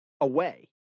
away